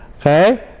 okay